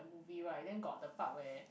movie right then got the part where